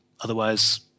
Otherwise